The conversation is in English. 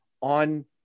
on